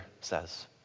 says